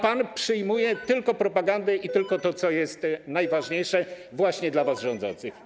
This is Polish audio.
Pan przyjmuje tylko propagandę i tylko to, co jest najważniejsze właśnie dla was, rządzących.